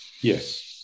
Yes